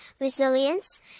resilience